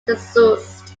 disused